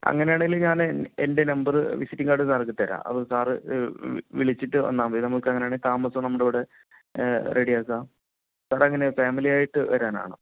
അങ്ങനെയാണെങ്കിൽ ഞാൻ എൻ്റെ നമ്പർ വിസിറ്റിംഗ് കാർഡ് സാർക്ക് തരാം അപ്പോൾ സാർ വിളിച്ചിട്ടു വന്നാൽ മതി അങ്ങനെയാണെങ്കിൽ താമസവും നമ്മുടെയിവിടെ റെഡിയാക്കാം സർ എങ്ങനെയാണ് ഫാമിലിയായിട്ടു വരാനാണോ